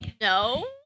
No